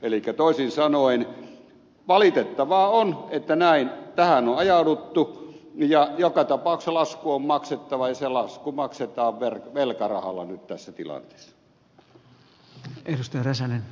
elikkä toisin sanoen valitettavaa on että tähän on ajauduttu ja joka tapauksessa lasku on maksettava ja se lasku maksetaan velkarahalla nyt tässä tilanteessa